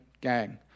gang